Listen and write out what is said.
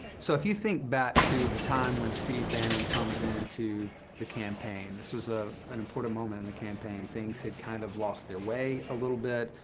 so if you think back to the time when steve bannon comes in to the campaign, this was ah an important moment in the campaign. things had kind of lost their way a little bit.